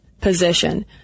position